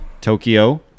Tokyo